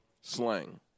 slang